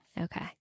okay